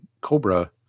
cobra